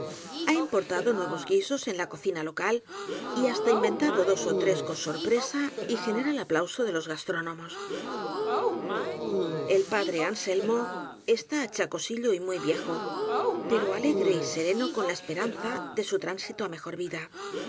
ha importado nuevos guisos en la cocina local y hasta inventado dos ó tres con sorpresa y general aplauso de los gastrónomos i el padre anselmo está achacosillo y muy viejo pero alegre y sereno con la esperanza de su trán sito á mejor vida